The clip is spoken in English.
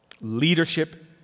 leadership